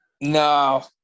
No